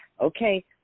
okay